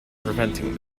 preventing